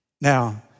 Now